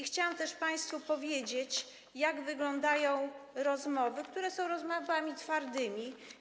Chciałam też państwu powiedzieć, jak wyglądają nasze rozmowy, które są rozmowami twardymi.